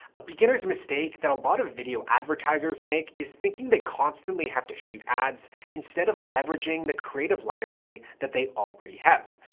a beginner's mistake that a lot of video advertisers make is thinking they constantly have to shoot ads instead of leveraging the creative library that they already have.